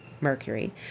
Mercury